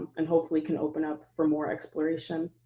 and hopefully, can open up for more exploration.